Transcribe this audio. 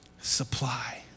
supply